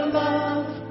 love